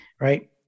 right